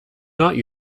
not